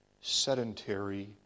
sedentary